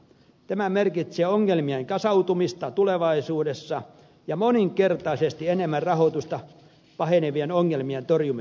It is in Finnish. tämä merkitsee ongelmien kasautumista tulevaisuudessa ja moninkertaisesti enemmän rahoitusta pahenevien ongelmien torjumiseksi